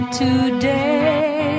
today